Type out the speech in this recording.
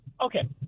Okay